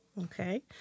Okay